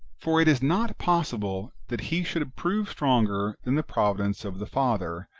for it is not possible that he should prove stronger than the providence of the father,